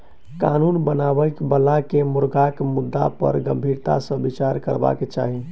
कानून बनाबय बला के मुर्गाक मुद्दा पर गंभीरता सॅ विचार करबाक चाही